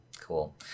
cool